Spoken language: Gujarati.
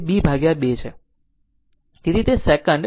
તેથી તેથી જ 2 π n r બરાબર